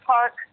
Park